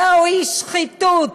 זוהי שחיתות,